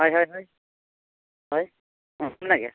ᱦᱳᱭ ᱦᱳᱭ ᱦᱳᱭ ᱦᱳᱭ ᱚ ᱢᱮᱱᱟᱜ ᱜᱮᱭᱟ